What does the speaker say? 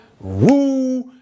Woo